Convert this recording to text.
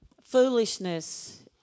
Foolishness